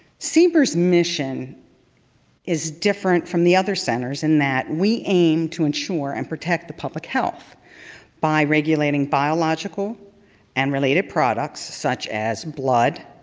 cber's mission is different from the other centers in that we aim to ensure and protect the public health by regulating biological and related products such as blood,